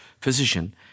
physician